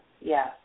yes